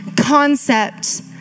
concept